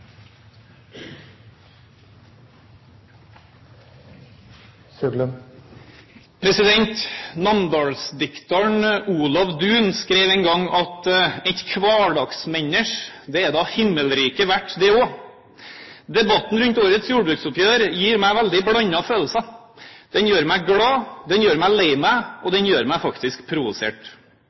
da himmerike verdt det òg?». Debatten rundt årets jordbruksoppgjør gir meg veldig blandede følelser. Den gjør meg glad. Den gjør meg lei meg. Og den gjør at jeg faktisk blir provosert.